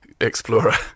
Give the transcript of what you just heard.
explorer